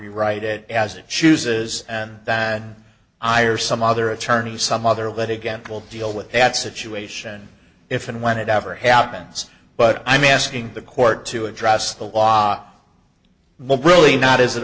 rewrite it as it chooses and that i or some other attorney some other but again will deal with that situation if and when it ever happens but i mean asking the court to address the law but really not as it